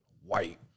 white